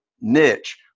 niche